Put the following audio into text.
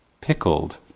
pickled